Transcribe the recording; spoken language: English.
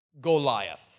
Goliath